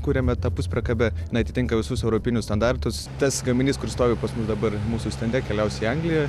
kuriame tą puspriekabę jinai atitinka visus europinius standartus tas gaminys kur stovi pas mus dabar mūsų stende keliaus į angliją